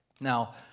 Now